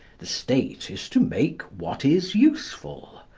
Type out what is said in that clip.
the state is to make what is useful.